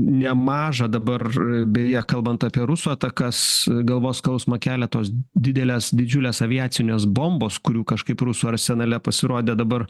nemažą dabar beje kalbant apie rusų atakas galvos skausmą kelia tos didelės didžiulės aviacinės bombos kurių kažkaip rusų arsenale pasirodė dabar